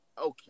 Okay